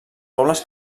pobles